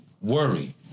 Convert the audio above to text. worry